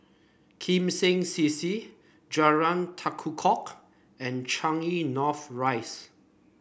Kim Seng C C Jalan Tekukor and Changi North Rise